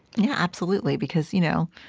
yeah, absolutely, because, you know,